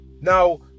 Now